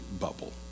bubble